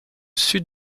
sud